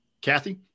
Kathy